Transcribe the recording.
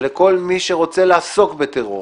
ולכל מי שרוצה לעסוק בטרור